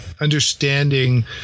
understanding